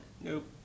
Nope